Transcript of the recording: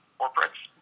corporates